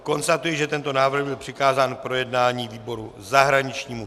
Konstatuji, že tento návrh byl přikázán k projednání výboru zahraničnímu.